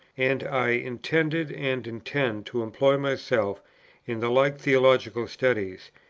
and i intended and intend to employ myself in the like theological studies,